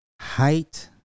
Height